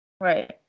right